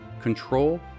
control